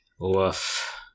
Woof